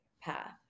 path